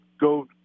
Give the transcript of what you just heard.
go